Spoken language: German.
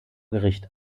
gericht